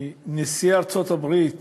מנשיאי ארצות-הברית